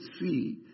see